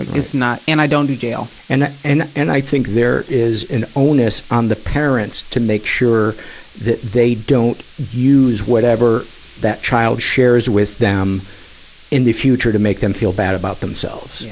it's not, and i don't do jail. and i, and i think there is an onus on the parents to make sure that they don't use whatever that child shares with them in the future to make them feel bad about themselves. yeah